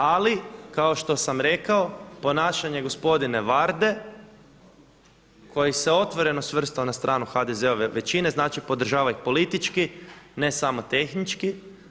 Ali kao što sam rekao ponašanje gospodina Varde koji se otvoreno svrstao na stranu HDZ-ove većine, znači podržava ih politički ne samo tehnički.